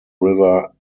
river